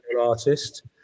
artist